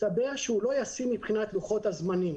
מסתבר שזה לא ישים מבחינת לוחות הזמנים.